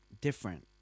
different